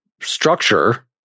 structure